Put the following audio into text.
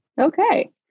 Okay